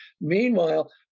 Meanwhile